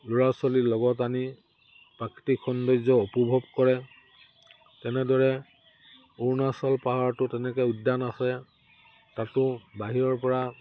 ল'ৰা ছোৱালী লগত আনি প্ৰাকৃতিক সৌন্দৰ্য উপভোগ কৰে তেনেদৰে অৰুণাচল পাহাৰটো তেনেকৈ উদ্যান আছে তাতো বাহিৰৰ পৰা